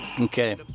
Okay